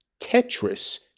Tetris